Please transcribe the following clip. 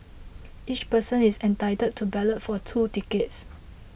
each person is entitled to ballot for two tickets